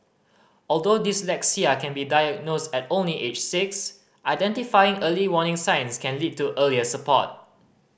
although dyslexia can be diagnosed only at age six identifying early warning signs can lead to earlier support